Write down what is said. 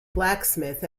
blacksmith